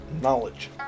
Knowledge